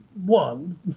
One